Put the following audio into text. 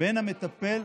בין המטפל,